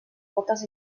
bótes